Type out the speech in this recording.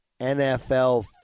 NFL